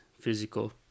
physical